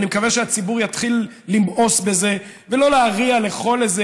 אני מקווה שהציבור יתחיל למאוס בזה ולא להריע לכל איזה